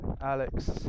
Alex